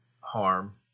harm